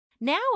Now